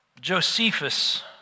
Josephus